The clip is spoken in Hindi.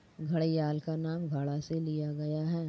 घड़ियाल का नाम घड़ा से लिया गया है